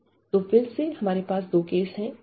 तो फिर से हमारे पास दो केस है